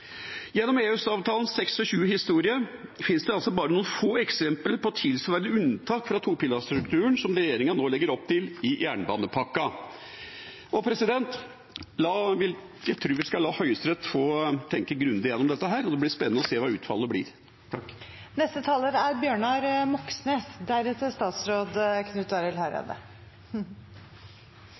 altså få eksempler på tilsvarende unntak fra topilarstrukturen som dem regjeringa nå legger opp til i jernbanepakka. Jeg tror vi skal la Høyesterett få tenke grundig igjennom dette. Det blir spennende å se hva utfallet blir. Rødts syn er